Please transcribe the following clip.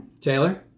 Taylor